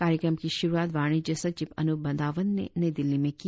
कार्यक्रम की शुरुआत वाणिज्य सचिव अनूप वधावन ने नई दिल्ली में की